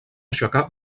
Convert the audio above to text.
aixecar